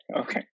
okay